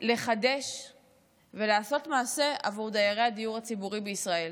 לחדש ולעשות מעשה עבור דיירי הדיור הציבורי בישראל.